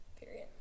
period